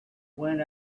went